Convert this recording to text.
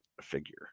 figure